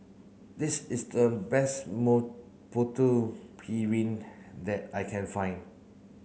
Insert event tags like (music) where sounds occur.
this is the best (unintelligible) Putu Piring that I can find